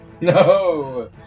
no